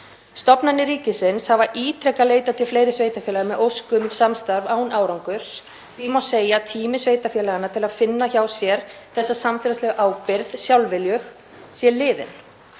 Stofnanir ríkisins hafa ítrekað leitað til fleiri sveitarfélaga með ósk um samstarf, án árangurs. Því má segja að tími sveitarfélaganna til að finna hjá sér þessa samfélagslegu ábyrgð sjálfviljug sé liðinn.